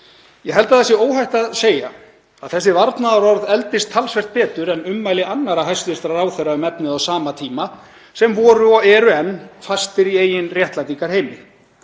Ég held að það sé óhætt að segja að þessi varnaðarorð eldist talsvert betur en ummæli annarra hæstv. ráðherra um efnið á sama tíma sem voru og eru enn fastir í eigin réttlætingarheimi.